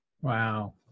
wow